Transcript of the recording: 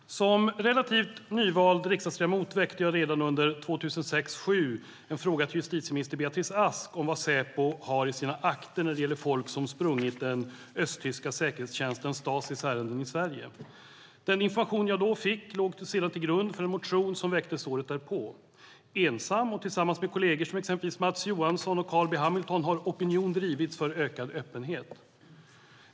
Fru talman! Som relativt nyinvald riksdagsledamot ställde jag redan under 2006-2007 en fråga till justitieminister Beatrice Ask om vad Säpo har i sina akter när det gäller folk som sprungit den östtyska säkerhetstjänsten Stasis ärenden i Sverige. Den information jag då fick låg sedan till grund för en motion som väcktes året därpå. Ensam, och tillsammans med kolleger som exempelvis Mats Johansson och Carl B Hamilton, har opinion drivits för ökad öppenhet.